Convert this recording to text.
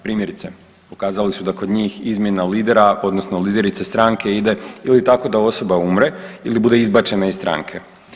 Primjerice, ukazali su da kod njih izmjena lidera odnosno liderice stranke ide ili tako da osoba umre ili bude izbačena iz stranke.